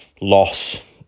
loss